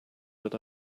but